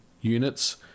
units